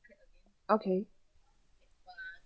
okay